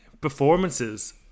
performances